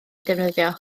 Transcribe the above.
defnyddio